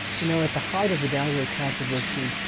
you know at the height of the downgrade controversy,